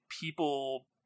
people